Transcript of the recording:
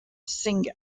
sing